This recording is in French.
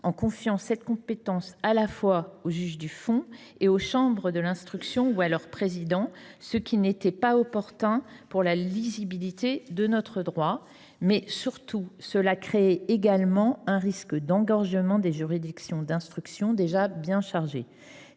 en confiant cette compétence à la fois au juge du fond et aux chambres de l’instruction ou à leur président, ce qui n’était pas opportun pour la lisibilité de notre droit. Mais, surtout, cela créait également un risque d’engorgement des juridictions d’instruction, déjà bien chargées.